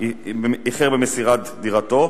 איחר במסירת דירתו,